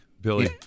Billy